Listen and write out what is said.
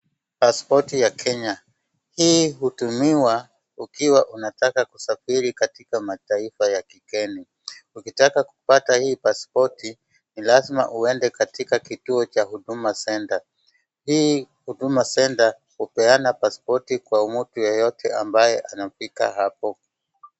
Pasipoti ya Kenya, hii hutumiwa ukiwa unataka kusafiri katika mataifa ya kigeni. Ukitaka kupata hii pasipoti ni lazima uende katika kituo cha huduma center. Hii hutuma center kupeana pasipoti kwa mtu yeyote ambaye anafika hapo.